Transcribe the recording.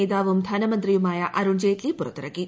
നേതാവും ധനമന്ത്രിയുമായ അരുൺ ജയ്റ്റ്ലി പുറത്തിറക്കി